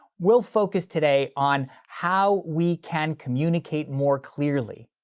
we'll focus, today, on how we can communicate more clearly.